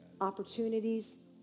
Opportunities